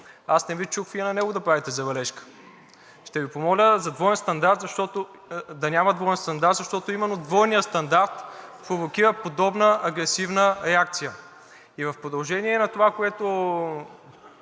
Аз не Ви чух и на него да правите забележка. Ще Ви помоля да няма двоен стандарт, защото именно двойният стандарт провокира подобна агресивна реакция. И в продължение на това, което